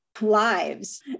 lives